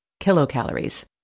kilocalories